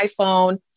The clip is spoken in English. iPhone